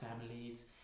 families